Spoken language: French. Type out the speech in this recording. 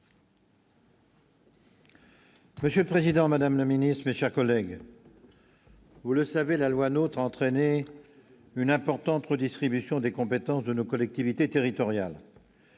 Monsieur le Président, Madame la Ministre, chats, collègues, vous le savez la loi notre entraîné une importante redistribution des compétences de nos collectivités territoriales,